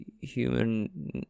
human